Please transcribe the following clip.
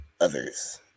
others